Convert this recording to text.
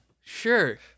Sure